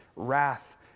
wrath